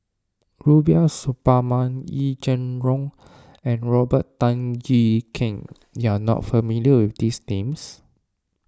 Rubiah Suparman Yee Jenn Jong and Robert Tan Jee Keng you are not familiar with these names